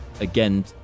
again